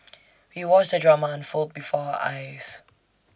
we watched the drama unfold before our eyes